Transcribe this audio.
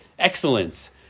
excellence